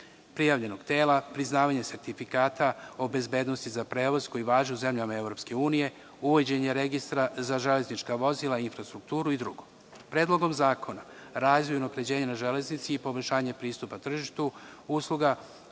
prijavljenog tela, priznavanje sertifikata o bezbednosti za prevoz koji važi u zemljama EU, uvođenje registra za železnička vozila i infrastrukturu i drugo. Predlogom zakona razvoj i unapređenje na železnici i poboljšanje pristupa tržištu usluga